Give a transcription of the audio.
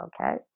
okay